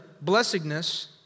blessedness